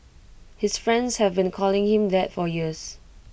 his friends have been calling him that for years